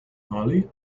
hollie